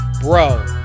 Bro